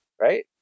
right